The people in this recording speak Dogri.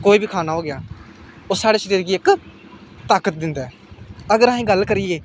कोई बी खाना हो गेआ ओह् साढ़े शरीर गी इक ताकत दिंदा ऐ अगर अस गल्ल करियै